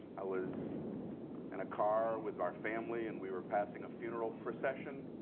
i was in a car with our family. and we were passing a funeral procession.